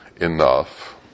enough